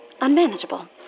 unmanageable